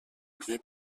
élevé